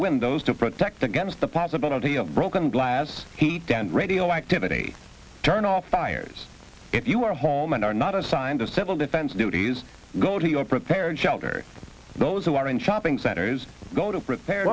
windows to protect against the possibility of broken glass heat down radioactivity turn off fires if you are home and are not assigned to civil defense duties go to your prepared shelter those who are in shopping centers go to